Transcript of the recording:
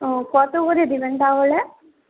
ওহ কতো করে দিবেন তাহলে